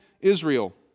Israel